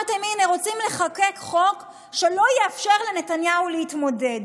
הינה, רוצים לחוקק חוק שלא יאפשר לנתניהו להתמודד,